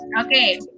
Okay